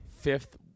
fifth